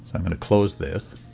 i'm going to close this